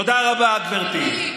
תודה רבה, גברתי.